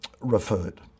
referred